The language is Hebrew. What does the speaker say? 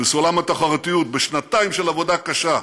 בסולם התחרותיות בשנתיים של עבודה קשה,